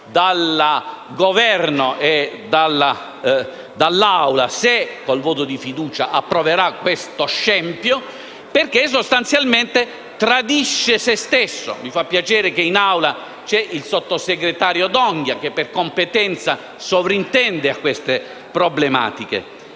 dal Governo e dall'Aula, se, con il voto fiducia, approverà questo scempio, perché sostanzialmente tradisce se stesso. Mi fa piacere che in Aula ci sia il sottosegretario D'Onghia che per competenza sovrintende a queste problematiche.